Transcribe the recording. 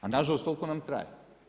A nažalost toliko nam traje.